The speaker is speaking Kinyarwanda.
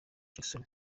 jackson